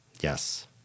Yes